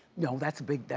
no, that's big.